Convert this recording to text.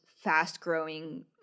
fast-growing